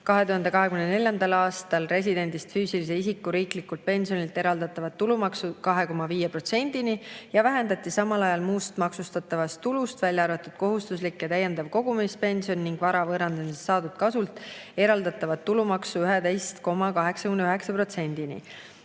2024. aastal residendist füüsilise isiku riiklikult pensionilt eraldatavat tulumaksu 2,5%‑ni ja vähendati samal ajal muust maksustatavast tulust, välja arvatud kohustuslik ja täiendav kogumispension, ning vara võõrandamisest saadud kasult eraldatavat tulumaksu 11,89%‑ni.